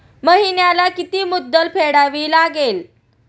महिन्याला किती मुद्दल फेडावी लागेल?